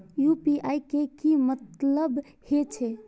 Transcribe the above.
UPI के की मतलब हे छे?